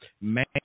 man